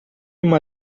uma